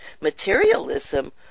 materialism